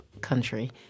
country